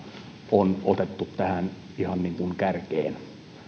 on otettu tähän ihan kärkeen